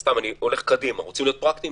סתם, אני הולך קדימה, רוצים להיות פרקטיים?